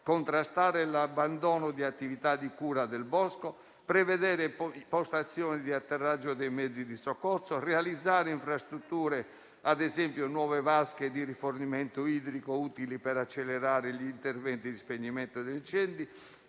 contrastare l'abbandono di attività di cura del bosco; prevedere postazioni di atterraggio dei mezzi di soccorso; realizzare infrastrutture come, ad esempio, nuove vasche di rifornimento idrico utili per accelerare gli interventi di spegnimento di incendi;